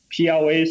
PLA